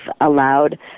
allowed